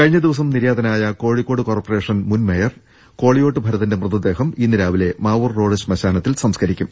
കഴിഞ്ഞ ദിവസം നിര്യാതനായ കോഴിക്കോട് കോർപറേ ഷൻ മുൻ മേയർ കോളിയോട്ട് ഭരതന്റെ മൃതദേഹം ഇന്ന് രാവിലെ മാവൂർ റോഡ് ശ്മശാനത്തിൽ സംസ്കരിക്കും